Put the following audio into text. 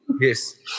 Yes